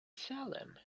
salem